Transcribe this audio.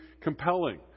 compelling